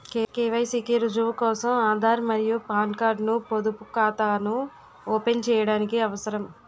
KYC కి రుజువు కోసం ఆధార్ మరియు పాన్ కార్డ్ ను పొదుపు ఖాతాను ఓపెన్ చేయడానికి అవసరం